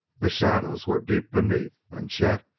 the shadows were deep beneath, and chet,